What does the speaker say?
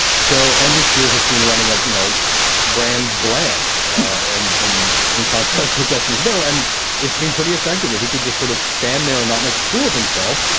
so andrew scheer has been running up you know brand bland and in in contrast with justin trudeau and it's been pretty effective if he could just sort of stand there and not make a fool of himself. yeah